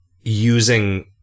using